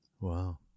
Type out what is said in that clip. Wow